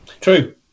True